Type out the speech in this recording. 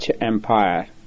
empire